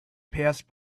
passed